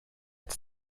ett